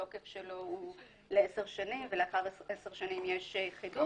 התוקף שלו הוא לעשר שנים ולאחר עשר שנים יש חידוש.